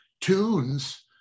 tunes